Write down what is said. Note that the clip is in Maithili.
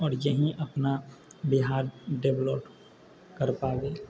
आओर इएह अपना बिहार डेवेलप करि पाबै